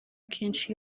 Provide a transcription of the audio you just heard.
kenshi